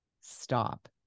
stop